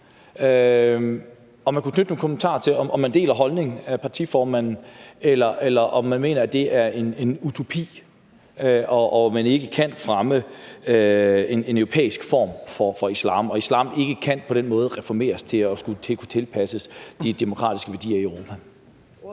ordføreren knytte et par kommentarer til, om ordføreren deler partiformandens holdning, eller om hun mener, at det er en utopi, og at man ikke kan fremme en europæisk form for islam, og at islam ikke på den måde kan reformeres, sådan at den kan tilpasses de demokratiske værdier i Europa?